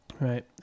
right